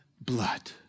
blood